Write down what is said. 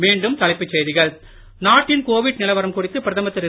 மீண்டும் தலைப்புச் செய்திகள் நாட்டின் கோவிட் நிலவரம் குறித்து பிரதமர் திரு